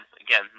again